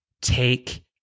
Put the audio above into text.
take